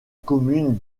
commune